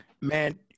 Man